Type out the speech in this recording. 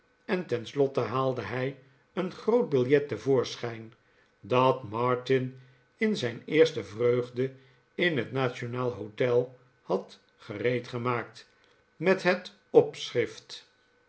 en tenslotte haalde hij een groot biljet te voorschijn dat martin in zijn eerste vreugde in het national hotel had gereed gemaakt met het opschrift